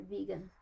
vegan